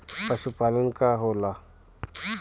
पशुपलन का होला?